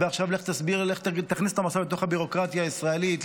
ועכשיו לך תכניס אותם לתוך הביורוקרטיה הישראלית,